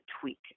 tweak